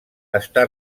està